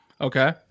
Okay